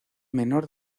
menor